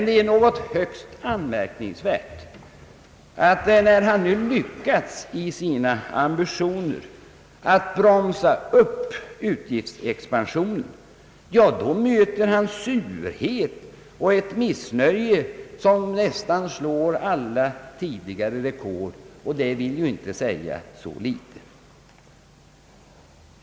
Det är emellertid högst anmärkningsvärt att när han nu lyckats i sina ambitioner att bromsa upp utgiftsexpansionen, möter han från oppositionen ett missnöje som nästan slår alla tidigare rekord, vilket inte säger så litet.